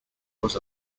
was